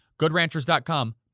GoodRanchers.com